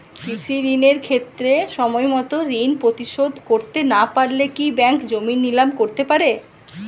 কৃষিঋণের ক্ষেত্রে সময়মত ঋণ পরিশোধ করতে না পারলে কি ব্যাঙ্ক জমি নিলাম করতে পারে?